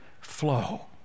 flow